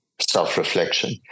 self-reflection